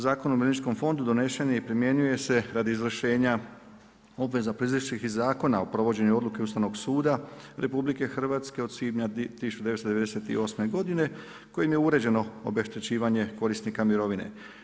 Zakon o Umirovljeničkom fondu donesen je i primjenjuje se radi izvršenja obveza proizašlih iz Zakona o provođenju odluke Ustavnog suda RH od svibnja 1998. godine kojim je uređeno obeštećivanje korisnika mirovine.